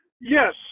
Yes